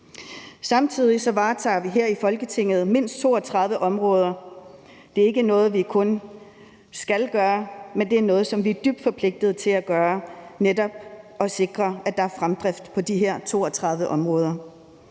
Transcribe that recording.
Samtidig varetager vi her i Folketinget mindst 32 områder, og det er ikke kun noget, vi skal gøre, men det er også noget, som vi er dybt forpligtede til at gøre, altså netop at sikre, at der er en fremdrift på de her 32 områder.